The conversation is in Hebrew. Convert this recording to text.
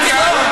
מה אתה רוצה?